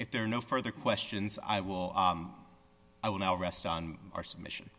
if there are no further questions i will i will now rest on our submission